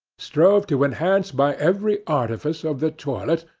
strove to enhance by every artifice of the toilet,